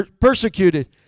persecuted